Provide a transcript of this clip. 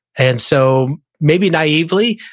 and so maybe naively,